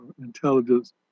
intelligence